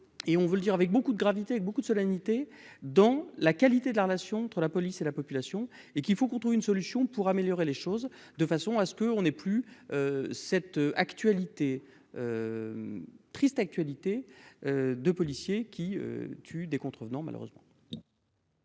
et on veut le dire avec beaucoup de gravité, beaucoup de solennité dans la qualité de la relation entre la police et la population et qu'il faut qu'on trouve une solution pour améliorer les choses de façon à ce que on ait plus cette actualité triste actualité de policiers qui tuent des contrevenants malheureusement.